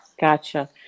gotcha